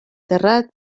terrat